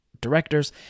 directors